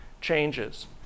changes